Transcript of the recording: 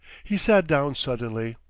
he sat down suddenly.